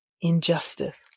injustice